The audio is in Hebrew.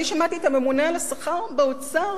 ואני שמעתי את הממונה על השכר באוצר